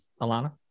Alana